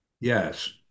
Yes